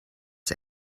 ich